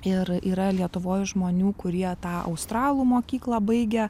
ir yra lietuvoj žmonių kurie tą australų mokyklą baigę